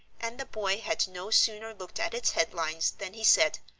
and the boy had no sooner looked at its headlines than he said,